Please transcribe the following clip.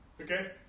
Okay